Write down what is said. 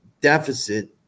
deficit